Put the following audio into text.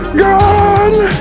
gone